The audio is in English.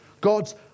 God's